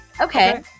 Okay